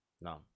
no